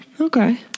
okay